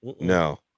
No